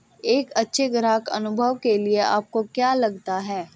एक अच्छे ग्राहक अनुभव के लिए आपको क्या लगता है?